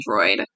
Android